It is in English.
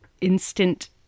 instant